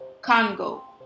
Congo